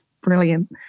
brilliant